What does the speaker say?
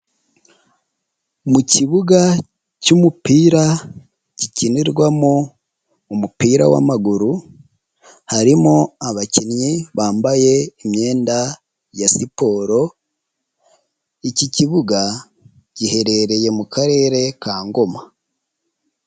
Mu kibuga cy'umupira gikinirwamo umupira wamaguru, harimo abakinnyi bambaye imyenda ya siporo, iki kibuga giherereye mu karere ka Ngoma.